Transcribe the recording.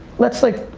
let's like,